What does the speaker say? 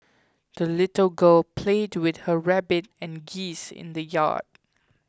the little girl played with her rabbit and geese in the yard